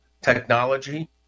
technology